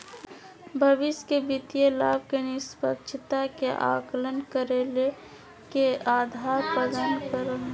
भविष्य के वित्तीय लाभ के निष्पक्षता के आकलन करे ले के आधार प्रदान करो हइ?